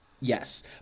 Yes